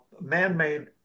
man-made